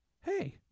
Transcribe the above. hey